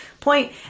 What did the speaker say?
point